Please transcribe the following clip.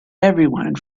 everyone